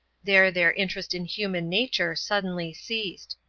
there their interest in human nature suddenly ceased.